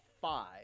five